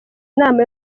inama